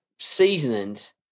seasonings